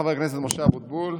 חבר הכנסת משה אבוטבול,